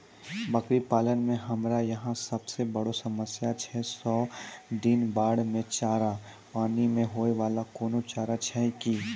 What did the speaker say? बकरी पालन मे हमरा यहाँ सब से बड़ो समस्या छै सौ दिन बाढ़ मे चारा, पानी मे होय वाला कोनो चारा छै कि?